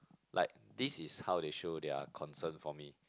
like this is how they show their concern for me